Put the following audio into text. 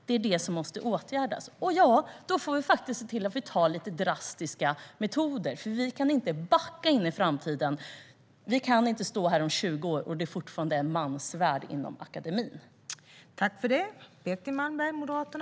Det måste åtgärdas. Ja, då får vi ta till lite drastiska metoder. Vi kan inte backa in i framtiden. Vi kan inte stå här om 20 år och det är fortfarande en mansvärld inom akademin.